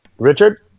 Richard